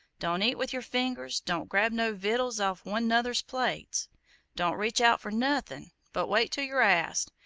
don't eat with yer fingers don't grab no vittles off one nother's plates don't reach out for nothin', but wait till yer asked,